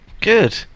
good